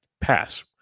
Pass